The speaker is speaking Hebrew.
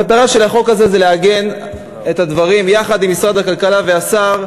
המטרה של החוק הזה היא לעגן את הדברים יחד עם משרד הכלכלה והשר.